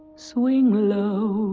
swing low,